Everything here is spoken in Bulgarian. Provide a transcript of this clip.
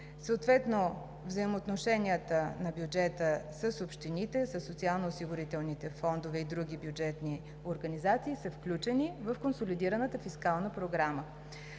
Съответно взаимоотношенията на бюджета с общините, със социалноосигурителните фондове и други бюджетни организации са включени в консолидираната фискална програма.